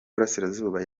burasirazuba